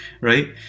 right